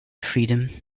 freedom